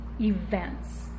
events